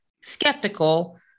skeptical